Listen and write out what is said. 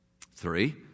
Three